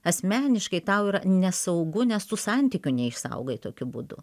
asmeniškai tau yra nesaugu nes tu santykių neišsaugai tokiu būdu